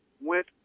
went